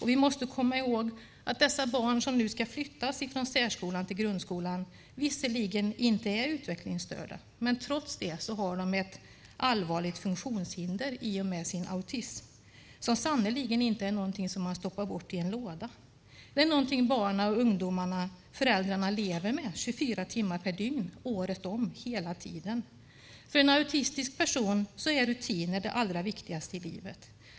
Vi måste komma ihåg att de barn som nu ska flyttas från särskolan till grundskolan visserligen inte är utvecklingsstörda, men trots det har de ett allvarligt funktionshinder i och med sin autism som sannerligen inte är någonting som man stoppar bort i en låda. Det är någonting barnen, ungdomarna och föräldrarna lever med 24 timmar per dygn, året om, hela tiden. För en autistisk person är rutiner det allra viktigaste i livet.